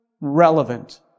relevant